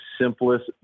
simplest